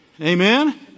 Amen